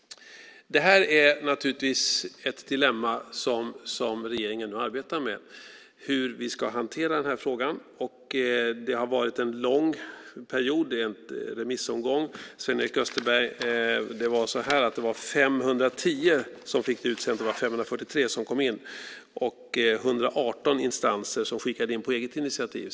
Det är naturligtvis ett dilemma som regeringen nu arbetar med hur vi ska hantera den här frågan. Det har varit en lång remissomgång. Sven-Erik Österberg, det var 510 som fick det utsänt. Det var 543 som kom in, och 118 instanser som skickade in på eget initiativ.